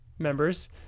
members